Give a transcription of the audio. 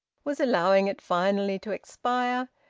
was allowing it finally to expire,